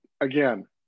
again